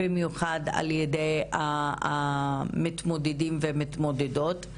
במיוחד על ידי המתמודדים והמתמודדות,